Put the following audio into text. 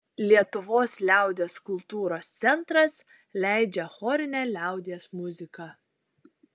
lietuvos liaudies kultūros centras leidžia chorinę liaudies muziką